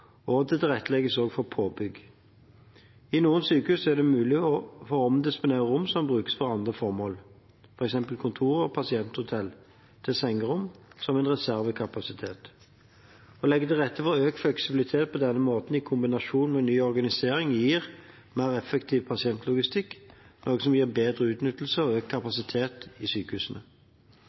og det tilrettelegges for påbygg. I noen sykehus er det mulighet for å omdisponere rom som brukes til andre formål – f.eks. kontorer og pasienthotell – til sengerom, som en reservekapasitet. Å legge til rette for økt fleksibilitet på denne måten i kombinasjon med ny organisering gir mer effektiv pasientlogistikk, noe som gir bedre utnyttelse og økt kapasitet i sykehusene.